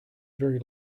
very